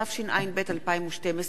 התשע"ב 2012,